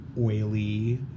oily